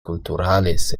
culturales